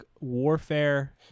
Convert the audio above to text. warfare